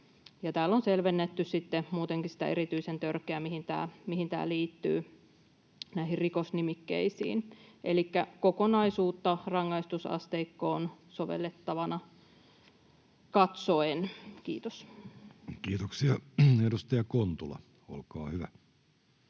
täällä on selvennetty sitten muutenkin sitä erityisen törkeää rikosnimikettä, mihin tämä liittyy, elikkä kokonaisuutta rangaistusasteikkoon sovellettavana katsoen. — Kiitos. Kiitoksia. — Edustaja Kontula, olkaa hyvä.